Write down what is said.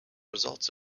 results